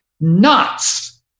nuts